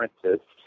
Princess